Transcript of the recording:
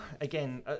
Again